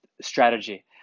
strategy